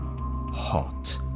hot